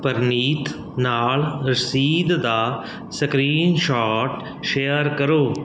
ਪਰਨੀਤ ਨਾਲ ਰਸੀਦ ਦਾ ਸਕ੍ਰੀਨਸ਼ੋਟ ਸ਼ੇਅਰ ਕਰੋ